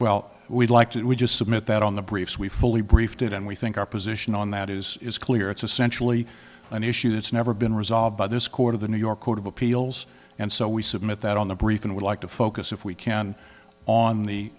well we'd like to just submit that on the briefs we fully briefed it and we think our position on that is is clear it's essentially an issue that's never been resolved by this court of the new york court of appeals and so we submit that on the brief and would like to focus if we can on the